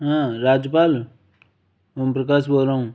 हाँ राजपाल ओम प्रकाश बोल रहा हूँ